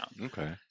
Okay